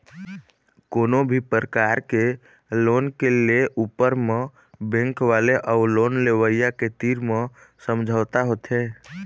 कोनो भी परकार के लोन के ले ऊपर म बेंक वाले अउ लोन लेवइया के तीर म समझौता होथे